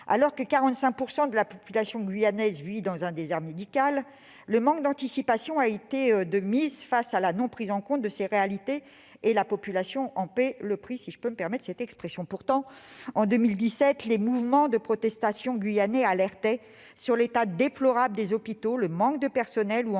Alors que 45 % de la population guyanaise vit dans un désert médical, le manque d'anticipation a été de mise face à la non-prise en compte de ces réalités, et la population en paye le prix. Pourtant, en 2017, les mouvements de protestation guyanais alertaient sur l'état déplorable des hôpitaux, le manque de personnel ou encore la